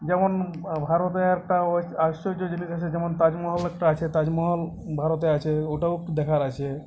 যেমন ভারতে একটা ওই আশ্চর্য জিনিস আছে যেমন তাজমহল একটা আছে তাজমহল ভারতে আছে ওটাও দেখার আছে